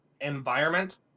environment